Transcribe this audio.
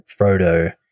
Frodo